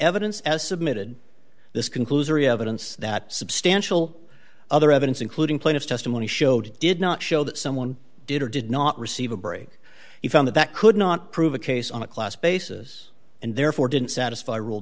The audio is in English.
evidence submitted this concludes are evidence that substantial other evidence including plaintiff's testimony showed did not show that someone did or did not receive a break he found that could not prove a case on a class basis and therefore didn't satisfy rule